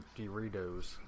Doritos